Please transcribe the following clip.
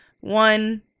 one